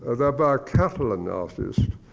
ah they're by a catalan artist.